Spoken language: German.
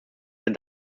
der